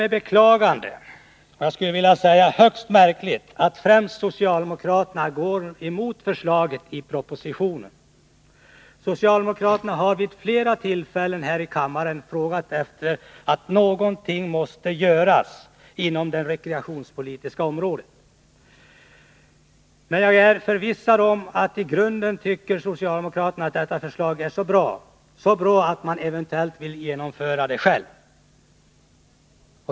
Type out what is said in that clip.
Det är därför beklagligt — och högst märkligt — att främst socialdemokraterna går emot förslaget i propositionen. Socialdemokraterna har vid flera tillfällen här i kammaren anfört att någonting måste göras inom det rekreationspolitiska området. Men jag är förvissad om att socialdemokraterna i grunden tycker att detta förslag är bra, så bra att de eventuellt vill genomföra det själva.